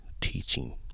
teaching